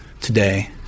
today